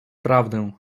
prawdę